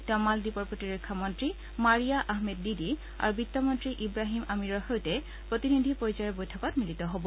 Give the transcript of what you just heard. তেওঁ মালদ্বীপৰ প্ৰতিৰক্ষা মন্ত্ৰী মাৰিয়া আহমেদ দিদি আৰু বিত্তমন্ত্ৰী ইৱাহিম আমিৰৰ সৈতে প্ৰতিনিধি পৰ্যায়ৰ বৈঠকত মিলিত হ'ব